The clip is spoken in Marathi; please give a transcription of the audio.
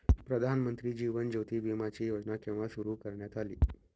प्रधानमंत्री जीवन ज्योती विमाची योजना केव्हा सुरू करण्यात आली?